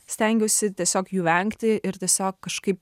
stengiausi tiesiog jų vengti ir tiesiog kažkaip